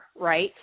right